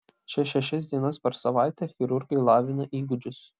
čia šešias dienas per savaitę chirurgai lavina įgūdžius